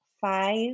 five